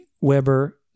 Weber